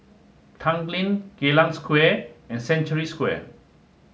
Tanglin Geylang Square and Century Square